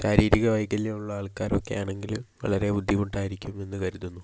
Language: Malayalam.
ശാരീരിക വൈകല്യം ഉള്ള ആൾക്കാർ ഒക്കെയാണെങ്കില് വളരെ ബുദ്ധിമുട്ടായിരിക്കും എന്ന് കരുതുന്നു